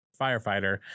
firefighter